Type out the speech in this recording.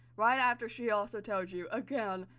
right after she also tells you, again,